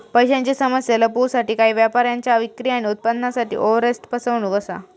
पैशांची समस्या लपवूसाठी काही व्यापाऱ्यांच्या विक्री आणि उत्पन्नासाठी ओवरस्टेट फसवणूक असा